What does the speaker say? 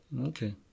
Okay